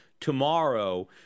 tomorrow